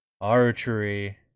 archery